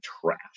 trash